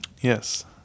Yes